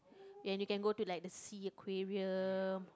ya you can go to like the Sea Aquarium